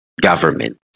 government